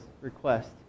request